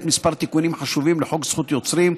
כמה תיקונים חשובים לחוק זכות יוצרים,